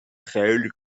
خیلی